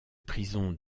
prison